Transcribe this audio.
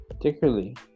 particularly